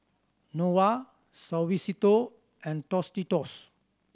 Nova Suavecito and Tostitos